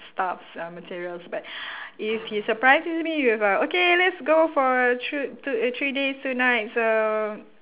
stuffs uh materials but if he surprises me with a okay let's go for a trip to a three days two nights um